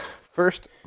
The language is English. First